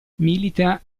milita